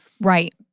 right